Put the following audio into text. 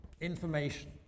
information